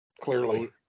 Clearly